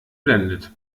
blendet